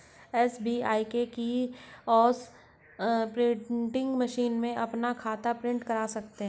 SBI kiosk printing machine में आप अपना खाता प्रिंट करा सकते हैं